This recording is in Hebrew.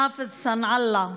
חאפז סנעאללה,